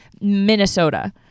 Minnesota